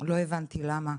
לא הבנתי למה.